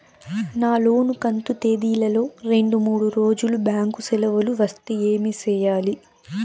నా లోను కంతు తేదీల లో రెండు మూడు రోజులు బ్యాంకు సెలవులు వస్తే ఏమి సెయ్యాలి?